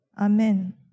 Amen